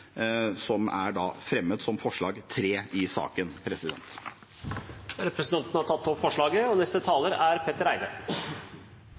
som er fremmet som forslag nr. 3 i saken. Representanten Ulf Leirstein har tatt opp det forslaget